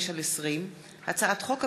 פ/3635/20 וכלה בהצעת חוק פ/3648/20,